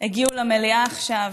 הגיעו למליאה עכשיו,